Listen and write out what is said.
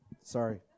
Sorry